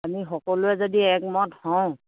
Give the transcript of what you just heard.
আমি সকলোৱে যদি একমত হওঁ